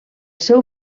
seu